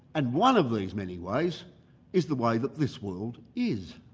and one of these many ways is the way that this world is.